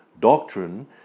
doctrine